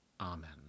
Amen